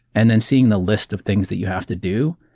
and then seeing the list of things that you have to do.